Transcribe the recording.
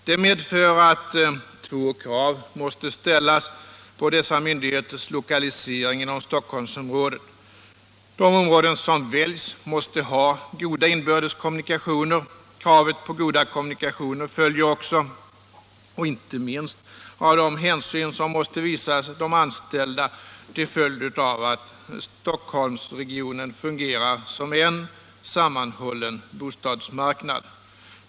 Detta medför att två krav måste ställas på dessa myndigheters lokalisering inom Stockholmsområdet: De områden som väljs måste ha goda inbördes kommunikationer. Kravet på goda kommunikationer följer också — och inte minst — av de hänsyn som måste visas de anställda till följd av att Stockholmsregionen fungerar som en sammanhållen bostadsmarknad.